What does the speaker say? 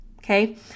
Okay